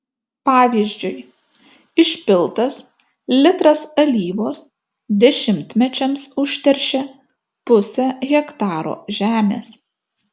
pavyzdžiui išpiltas litras alyvos dešimtmečiams užteršia pusę hektaro žemės